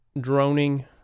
droning